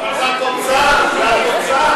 אבל זה התוצאה, זה התוצאה.